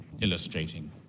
illustrating